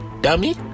dummy